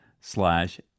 slash